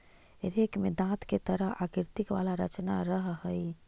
rake में दाँत के तरह आकृति वाला रचना रहऽ हई